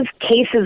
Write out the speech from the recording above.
cases